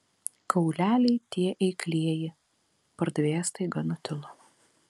kauleliai tie eiklieji pardavėjas staiga nutilo